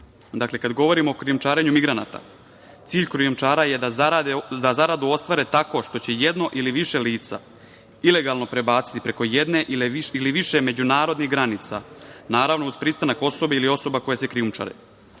Kada govorimo o krijumčarenju migranata, cilj krijumčara je da zaradu ostvare tako što će jedno ili više lica ilegalno prebaciti preko jedne ili više međunarodnih granica, naravno uz pristanak osobe koje se krijumčari.